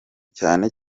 cyane